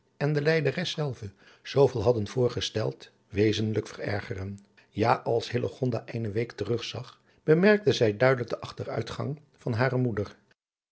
en de lijderes zelve zooveel hadden voorgesteld wezenlijk verergeren ja als hillegonda eene week terug zag bemerkte zij duidelijk den achteruitgang van hare moeder